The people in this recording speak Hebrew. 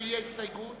הסתייגות